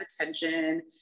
attention